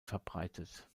verbreitet